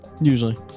Usually